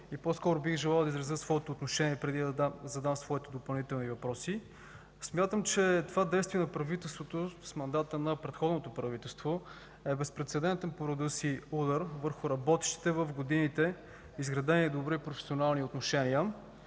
и по-скоро бих желал да изразя своето отношение, преди да задам своите допълнителни въпроси. Смятам, че това действие на правителството с мандата на предходното правителство е безпрецедентен по реда си удар върху работещите в годините изградени добри професионални отношения,